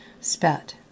Spat